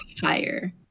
higher